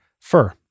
fur